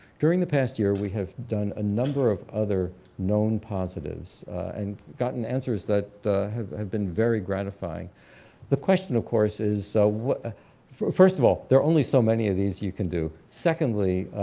during the past year we have done a number of other known positives and have gotten answers that have have been very gratifying the question of course is, so first of all, there's only so many of these you can do. secondly,